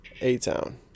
A-Town